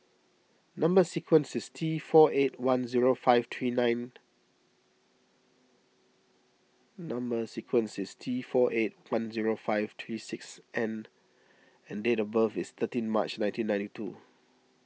Number Sequence is T four eight one zero five three nine Number Sequence is T four eight one zero five three six N and date of birth is thirteen March nineteen ninety two